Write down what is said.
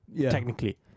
Technically